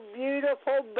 beautiful